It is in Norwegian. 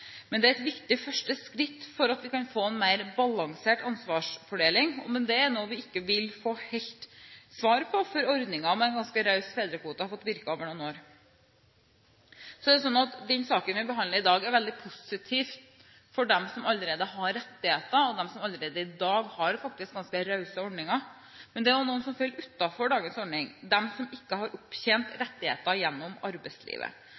men det er et viktig første skritt for at vi kan få en mer balansert ansvarsfordeling. Det er noe vi ikke vil få helt svar på før ordningen med en ganske raus fedrekvote har fått virke over noen år. Den saken vi behandler i dag er veldig positiv for dem som allerede har rettigheter, for dem som i dag faktisk har ganske rause ordninger. Men det er noen som faller utenfor dagens ordning: de som ikke har opptjent rettigheter gjennom arbeidslivet.